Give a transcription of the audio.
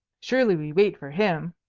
surely we wait for him.